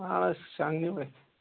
اَہَن حظ شۄنٛگنی ؤتھۍ